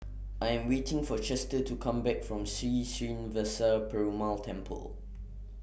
I Am waiting For Chester to Come Back from Sri Srinivasa Perumal Temple